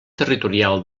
territorial